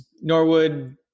Norwood